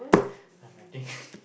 ah nothing